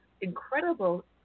incredible